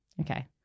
Okay